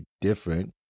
different